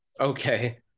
okay